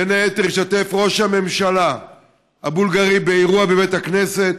בין היתר השתתף ראש הממשלה הבולגרי באירוע בבית הכנסת,